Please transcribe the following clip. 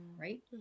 Right